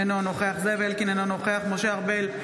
אינו נוכח זאב אלקין, אינו נוכח משה ארבל,